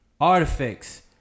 artifacts